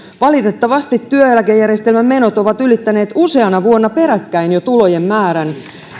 valitettavasti työeläkejärjestelmän menot ovat ylittäneet jo useana vuonna peräkkäin tulojen määrän